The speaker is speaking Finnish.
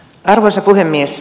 arvoisa puhemies